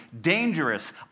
dangerous